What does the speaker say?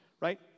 right